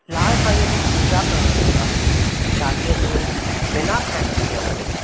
लाल साईंअ जी पूॼा करण लॻासीं चालीह ॾींहुं बिना खाइण पीअण जे